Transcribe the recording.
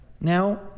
Now